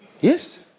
Yes